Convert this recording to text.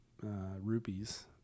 rupees